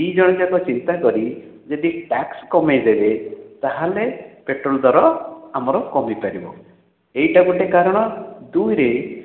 ଦୁଇଜଣ ଯାକ ଚିନ୍ତାକରି ଯଦି ଟ୍ୟାକ୍ସ କମେଇ ଦେବେ ତାହେଲେ ପେଟ୍ରୋଲ୍ ଦର ଆମର କମିପାରିବ ଏଇଟା ଗୋଟେ କାରଣ ଦୁଇରେ ଆଉ